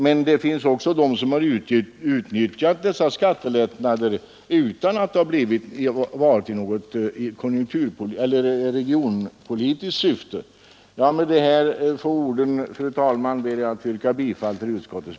Men det finns också de som har utnyttjat dessa skattelättnader utan att det har haft något regionalpolitiskt syfte. Med dessa få ord, fru talman, ber jag att få yrka bifall till utskottets